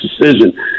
decision